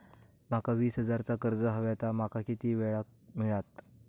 माका वीस हजार चा कर्ज हव्या ता माका किती वेळा क मिळात?